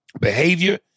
behavior